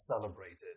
celebrated